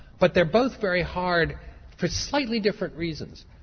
but they're both very hard for slightly different reasons.